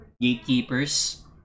Gatekeepers